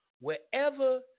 wherever